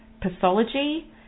pathology